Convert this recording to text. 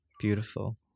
Beautiful